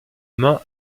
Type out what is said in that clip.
main